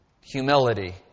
humility